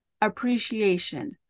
appreciation